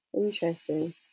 interesting